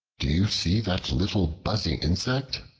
do you see that little buzzing insect?